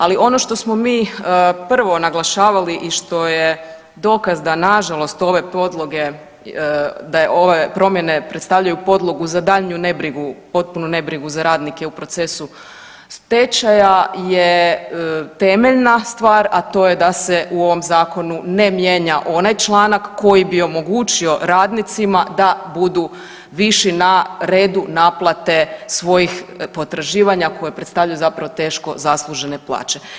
Ali ono što smo mi prvo naglašavali i što je dokaz da nažalost ove podloge, da ove promjene predstavljaju podlogu za daljnju nebrigu, potpunu nebrigu za radnike u procesu stečaja je temeljna stvar, a to je da se u ovom zakonu ne mijenja onaj članak koji bi omogućio radnicima da budu viši na redu naplate svojih potraživanja koji predstavljaju zapravo teško zaslužene plaće.